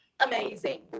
amazing